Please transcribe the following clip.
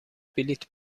بلیط